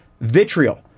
vitriol